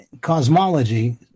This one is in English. cosmology